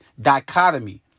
dichotomy